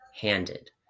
handed